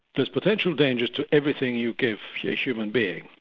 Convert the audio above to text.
there's potential dangers to everything you give a ah human being.